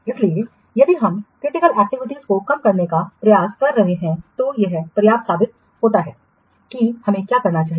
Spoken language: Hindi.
इसलिए यदि हम क्रिटिकल एक्टिविटीयों को कम करने का प्रयास कर रहे हैं तो यह पर्याप्त साबित होता है कि हमें क्या करना चाहिए